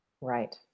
Right